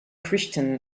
kristen